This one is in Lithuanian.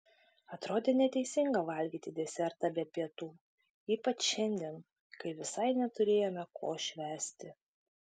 atrodė neteisinga valgyti desertą be pietų ypač šiandien kai visai neturėjome ko švęsti